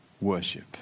worship